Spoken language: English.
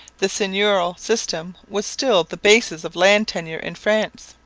the seigneurial system was still the basis of land tenure in france.